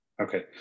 okay